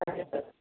ಸರಿ ಸರ್